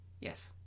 Yes